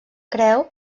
creu